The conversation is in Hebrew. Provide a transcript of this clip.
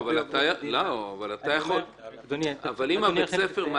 אבל אם בית הספר -- אדוני ירשה לי לסיים?